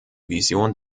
vision